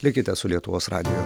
likite su lietuvos radiju